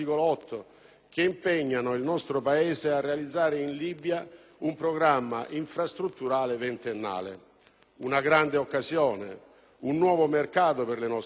che impegnano il nostro Paese a realizzare in Libia un programma infrastrutturale ventennale: una grande occasione, un nuovo mercato per le nostre imprese.